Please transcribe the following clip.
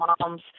mom's